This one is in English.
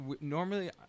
normally